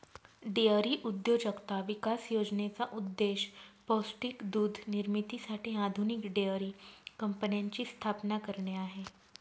dairy उद्योजकता विकास योजनेचा उद्देश पौष्टिक दूध निर्मितीसाठी आधुनिक डेअरी कंपन्यांची स्थापना करणे आहे